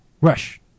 Rush